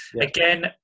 Again